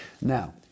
Now